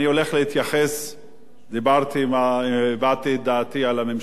הבעתי את דעתי על הממשלה וחבריה וההתנהלות שלה.